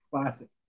classic